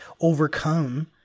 overcome